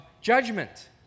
judgment